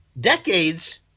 decades